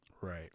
Right